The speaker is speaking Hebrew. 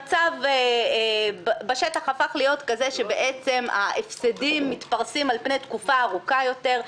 המצב בשטח הפך להיות כזה שההפסדים מתפרסים על פני תקופה ארוכה יותר,